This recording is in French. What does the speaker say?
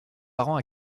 parents